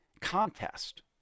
contest